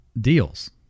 deals